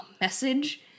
message